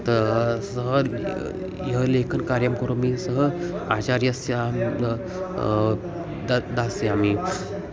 त सः यः लेखनकार्यं करोमि सः आचार्यस्य अहं दा दास्यामि